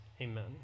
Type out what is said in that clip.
amen